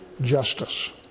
justice